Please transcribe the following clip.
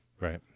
Right